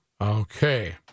Okay